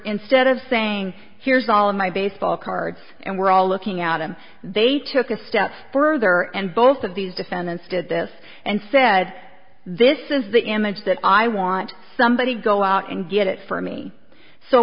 instead of saying here's all my baseball cards and we're all looking at him they took a step further and both of these defendants did this and said this is the image that i want somebody go out and get it for me so